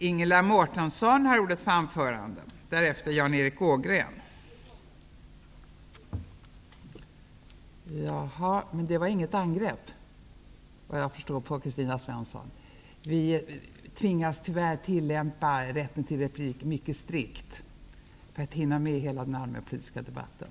Kristina Svensson begär replik, men hon har inte blivit angripen. Vi tvingas tyvärr tillämpa rätten till replik mycket strikt för att hinna med den allmänpolitiska debatten.